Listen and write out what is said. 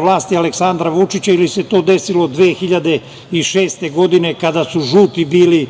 vlasti Aleksandra Vučića ili se to desilo 2006. godine, kada su žuti bili